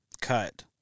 cut